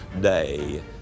day